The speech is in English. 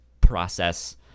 process